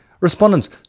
Respondents